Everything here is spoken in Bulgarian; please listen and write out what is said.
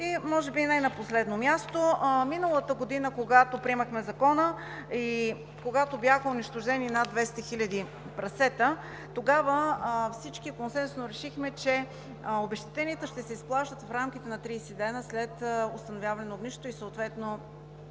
И може би не на последно място, миналата година, когато приемахме Закона и когато бяха унищожени над 200 хиляди прасета, тогава всички консенсусно решихме, че обезщетенията ще се изплащат в рамките на 30 дни след установяване на огнището и съответно